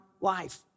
life